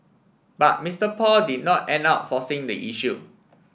but Mister Paul did not end up forcing the issue